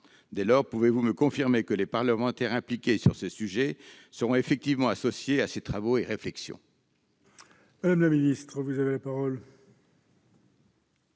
concernés. Pouvez-vous me confirmer que les parlementaires impliqués sur ce sujet seront effectivement associés à ces travaux et réflexions ?